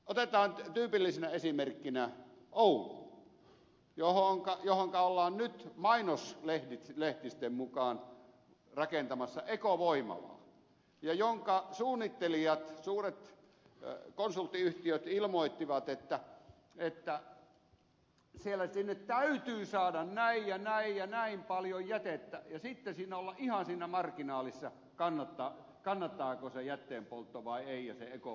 otetaan tyypillisenä esimerkkinä oulu johonka ollaan nyt mainoslehtisten mukaan rakentamassa ekovoimalaa ja jonka suunnittelijat suuret konsulttiyhtiöt ilmoittivat että sinne täytyy saada näin ja näin ja näin paljon jätettä ja sitten ollaan ihan siinä marginaalissa kannattaako se jätteenpoltto vai ei ja se ekovoimala vai ei